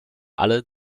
alle